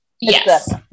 Yes